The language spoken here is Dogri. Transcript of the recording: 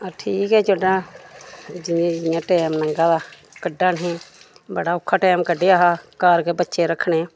ठीक ऐ जेड्डा जि'यां जि'यां टैम लंग्गा दा कड्ढा ने बड़ा औखा टैम कड्ढेआ हा घर गै बच्चे रखने